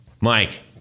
Mike